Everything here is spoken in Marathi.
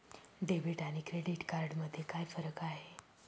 डेबिट आणि क्रेडिट कार्ड मध्ये काय फरक आहे?